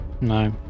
No